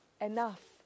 enough